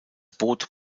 boot